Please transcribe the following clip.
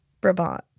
Brabant